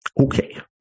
okay